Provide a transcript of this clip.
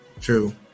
true